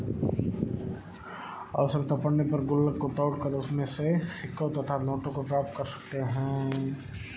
आवश्यकता पड़ने पर गुल्लक को तोड़कर उसमें से सिक्कों तथा नोटों को प्राप्त कर सकते हैं